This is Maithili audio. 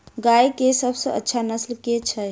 गाय केँ सबसँ अच्छा नस्ल केँ छैय?